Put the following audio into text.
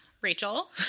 Rachel